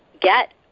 get